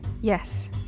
yes